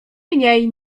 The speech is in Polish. mniej